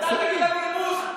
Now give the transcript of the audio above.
אתה תגיד על נימוס?